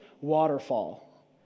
waterfall